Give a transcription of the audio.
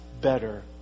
better